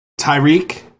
Tyreek